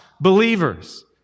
believers